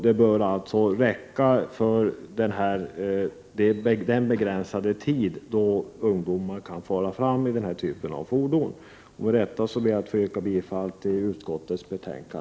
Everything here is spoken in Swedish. Det bör alltså räcka för den begränsade tid ungdomar kan fara fram i denna typ av fordon. Med detta ber jag att få yrka bifall till utskottets hemställan.